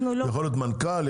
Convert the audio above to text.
יכול להיות מנכ"ל,